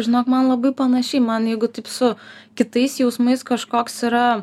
žinok man labai panašiai man jeigu taip su kitais jausmais kažkoks yra